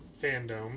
fandom